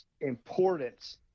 importance